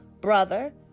brother